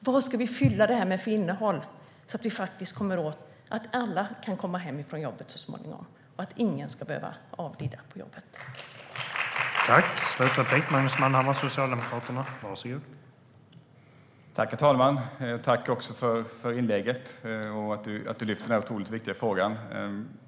Vad ska vi fylla det här med för innehåll så att vi så småningom uppnår att alla kan komma hem från jobbet och att ingen ska behöva avlida på jobbet?